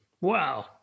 Wow